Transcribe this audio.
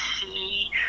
see